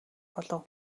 болов